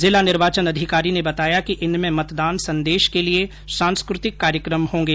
जिला निर्वाचन अधिकारी ने बताया कि इनमें मतदान संदेश के लिए सांस्कृतिक कार्यक्रम होंगे